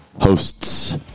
hosts